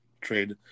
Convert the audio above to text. trade